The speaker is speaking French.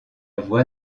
voix